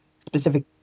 specific